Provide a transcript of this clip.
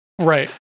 Right